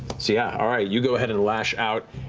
so yeah, all right. you go ahead and lash out,